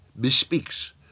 bespeaks